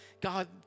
God